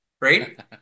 right